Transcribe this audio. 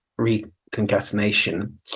reconcatenation